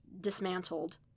Dismantled